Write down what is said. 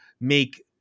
make